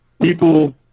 people